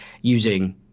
using